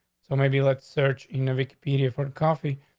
so maybe let's search in the media for coffee,